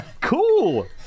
cool